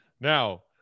Now